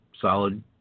solid